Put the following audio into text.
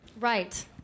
Right